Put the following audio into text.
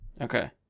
Okay